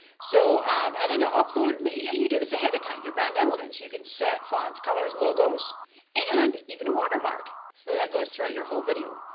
so and then to upload, yeah you do this ahead of time, your brand elements, you can set fonts, colors, logos and even a watermark. so that goes throughout your whole video.